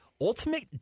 Ultimate